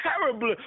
terribly